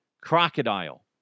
crocodile